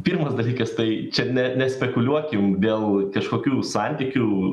pirmas dalykas tai čia ne nespekuliuokim dėl kažkokių santykių